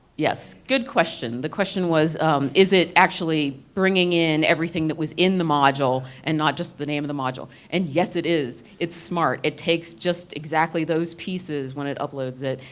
yes, good question. the question was is it actually bringing in everything that was in the module and not just the name of the module? and yes it is. it's smart, it takes just exactly those pieces one it uploads it.